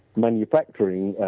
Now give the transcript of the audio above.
manufacturing